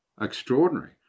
Extraordinary